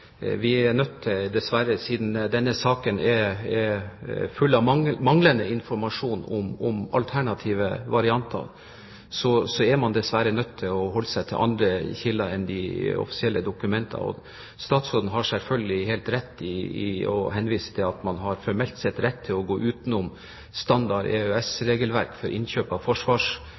denne saken er full av manglende informasjon om alternative varianter, å holde seg til andre kilder enn de offisielle dokumenter. Statsråden har selvfølgelig helt rett i, og henviser til, at man formelt sett har rett til å gå utenom standard EØS-regelverk for innkjøp av